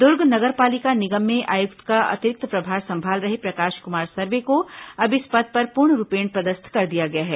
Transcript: दुर्ग नगर पालिका निगम में आयुक्त का अतिरिक्त प्रभार संभाल रहे प्रकाश कुमार सर्वे को अब इस पद पर पूर्णरूपेण पदस्थ कर दिया गया है